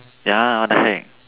ya what the heck